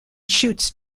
shoots